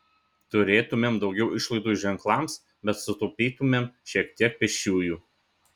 turėtumėm daugiau išlaidų ženklams bet sutaupytumėm šiek tiek pėsčiųjų